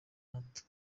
hato